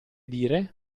dire